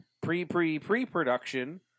pre-pre-pre-production